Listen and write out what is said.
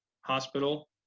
hospital